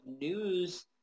news